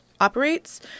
operates